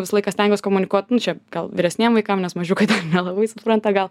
visą laiką stengiuos komunikuot nu čia gal vyresniem vaikam nes mažiukai nelabai supranta gal